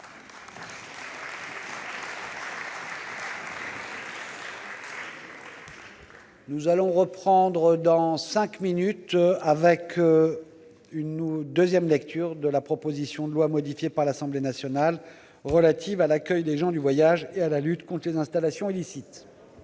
du jour appelle la discussion en deuxième lecture de la proposition de loi, modifiée par l'Assemblée nationale, relative à l'accueil des gens du voyage et à la lutte contre les installations illicites